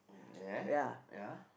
ya ya